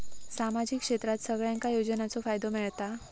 सामाजिक क्षेत्रात सगल्यांका योजनाचो फायदो मेलता?